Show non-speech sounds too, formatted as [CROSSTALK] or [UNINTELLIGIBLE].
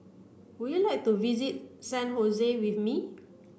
would you like to visit San [UNINTELLIGIBLE] with me